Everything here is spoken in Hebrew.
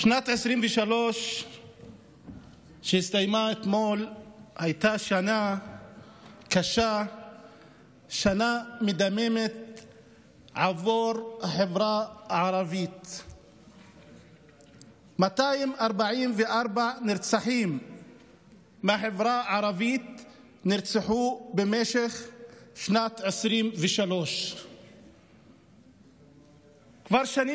244 נרצחים מהחברה הערבית נרצחו במשך שנת 2023. כבר שנים רבות